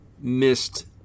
missed